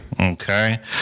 Okay